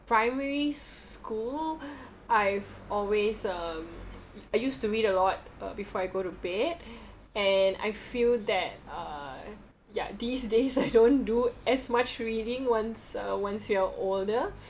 primary school I've always um I used to read a lot uh before I go to bed and I feel that uh ya these days I don't do as much reading once uh once you're older